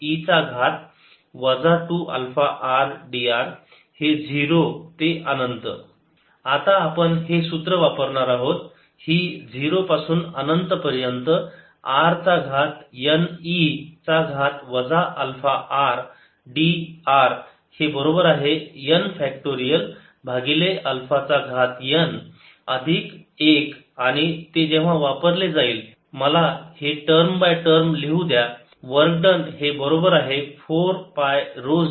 Vr4π04π01r23 2r2e αr r2e αr 23e αr0023 2r2e αr r2e αr 23e αr W004πr2dr0e αr1r23 2r2e αr r2e αr 23e αr4π02002re αr3 2r22e 2αr r3e 2αr 2r3e 2αrdr आता आपण हे सूत्र वापरणार आहोत ही 0 पासून अनंत पर्यंत r चा घात n e चा घात वजा अल्फा r d r हे बरोबर आहे n फॅक्टरियल भागिले अल्फा चा घात n अधिक 1 आणि ते जेव्हा वापरले जाईल मला हे तर मला हे टर्म बाय टर्म लिहून द्या वर्क डन हे बरोबर आहे 4 पाय ऱ्हो 0 चा वर्ग एपसिलोन 0